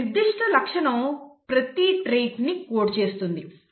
ఒక నిర్దిష్ట లక్షణం ప్రతి ట్రెయిట్ ని కోడ్ చేస్తుంది